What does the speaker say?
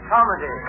Comedy